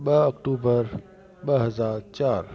ॿ अक्टूबर ॿ हज़ार चारि